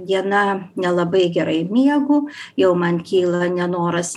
diena nelabai gerai miegu jau man kyla nenoras